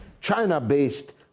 China-based